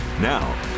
Now